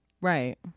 Right